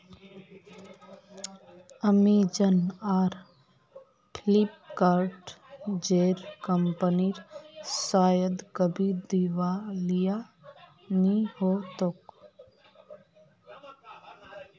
Amazon आर Flipkart जेर कंपनीर शायद कभी दिवालिया नि हो तोक